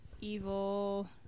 evil